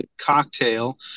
cocktail